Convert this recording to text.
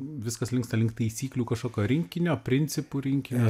viskas linksta link taisyklių kažkokio rinkinio principų rinkinio